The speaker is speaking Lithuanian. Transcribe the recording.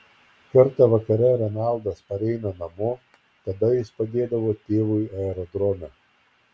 kartą vakare renaldas pareina namo tada jis padėdavo tėvui aerodrome